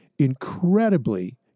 incredibly